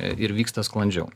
ir vyksta sklandžiau